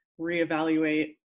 reevaluate